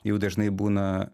jau dažnai būna